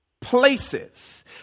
places